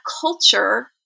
culture